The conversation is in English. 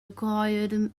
acquired